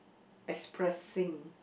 expressing